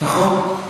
נכון.